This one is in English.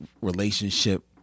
relationship